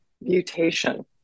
mutation